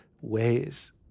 ways